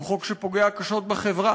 הוא חוק שפוגע קשות בחברה.